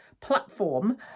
platform